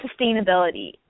sustainability